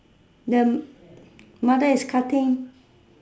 the mother is cutting